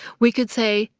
we could say,